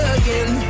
again